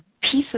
pieces